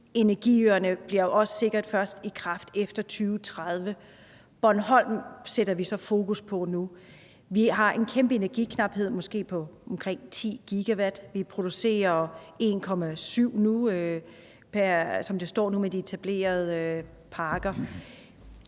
energiøerne bliver sikkert også først sat i kraft efter 2030. Bornholm sætter vi så fokus på nu. Vi har en kæmpe energiknaphed på måske omkring 10 GW. Vi producerer 1,7 GW, som det står nu med de etablerede parker.